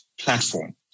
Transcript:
platform